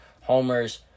homers